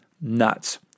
nuts